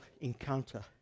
encounter